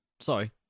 Sorry